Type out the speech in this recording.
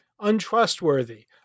untrustworthy